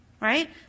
right